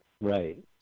Right